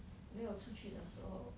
没有出去的时候